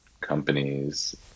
companies